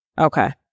Okay